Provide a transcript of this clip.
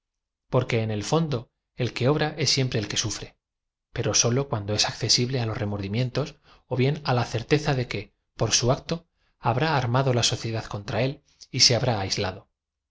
porque en el fondo el que obra es sfempre el que sufre pero solo cuando es accesible los remordlmientob ó bien á la certeza de que por sa acto habrá armado i a sociedad contra él y se habr aislado